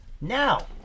Now